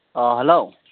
अह hello